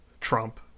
Trump